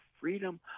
freedom